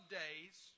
days